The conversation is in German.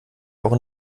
auch